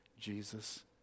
Jesus